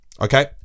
Okay